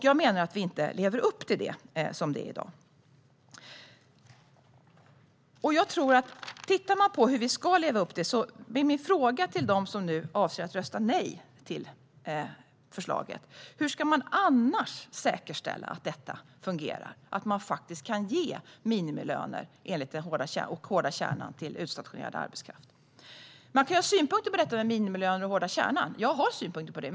Jag menar att vi inte lever upp till det i dag. Om man tittar på vad vi ska leva upp till är min fråga till dem som nu avser att rösta nej till förslaget: Hur ska man annars säkerställa att detta fungerar och att man faktiskt kan ge minimilöner enligt den hårda kärnan till utstationerad arbetskraft? Man kan ha synpunkter på detta med minimilöner och den hårda kärnan. Jag har synpunkter på det.